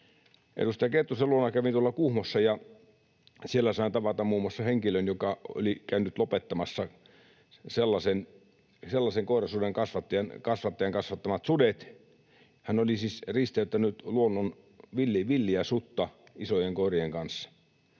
Edustaja Kettusen luona kävin tuolla Kuhmossa, ja siellä sain tavata muun muassa henkilön, joka oli käynyt lopettamassa sellaisen koirasusien kasvattajan kasvattamat sudet. Tämä oli siis risteyttänyt luonnon villiä sutta isojen koirien kanssa.